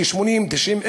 80,000 90,000,